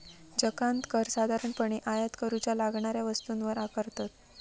जकांत कर साधारणपणे आयात करूच्या लागणाऱ्या वस्तूंवर आकारतत